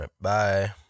Bye